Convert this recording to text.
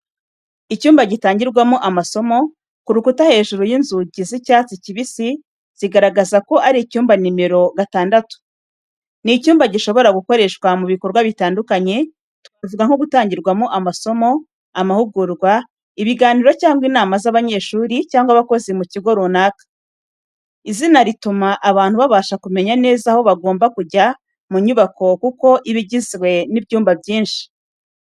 Icyumba gitangirwamo amasomo, ku rukuta hejuru y’inzugi z’icyatsi kibisi zigaragaza ko ari icyumba nomero gatandatu. Ni icyumba gishobora gukoreshwa mu bikorwa bitandukanye, twavuga nko gutangirwamo amasomo, amahugurwa, ibiganiro cyangwa inama z’abanyeshuri cyangwa abakozi mu kigo runaka. Izina rituma abantu babasha kumenya neza aho bagomba kujya mu nyubako kuko iba igizwe n’ibyumba byinshi.